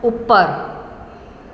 ઉપર